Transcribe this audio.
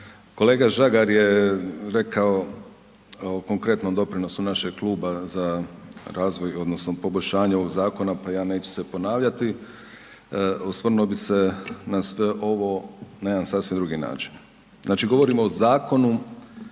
Kolega Žagar je rekao o konkretnom doprinosu našeg kluba za razvoj odnosno poboljšanje ovog zakona, pa ja neću se ponavljati. Osvrnuo bi se na sve ovo na jedan sasve drugi način. Znači govorimo o Zakonu